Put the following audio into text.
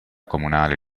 comunale